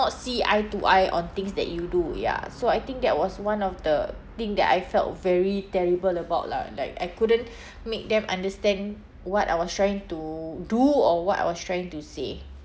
see eye to eye on things that you do ya so I think that was one of the thing that I felt very terrible about lah like I couldn't make them understand what I was trying to do or what I was trying to say